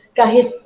kahit